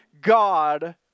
God